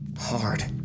Hard